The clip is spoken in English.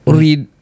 read